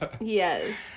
Yes